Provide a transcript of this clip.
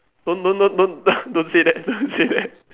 don't don't don't don't don't say that don't say that